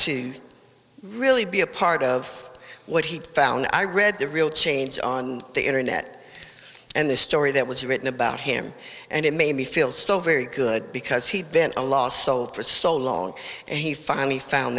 to really be a part of what he found i read the real change on the internet and the story that was written about him and it made me feel so very good because he'd been a lost soul for so long and he finally found